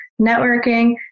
networking